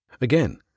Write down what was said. Again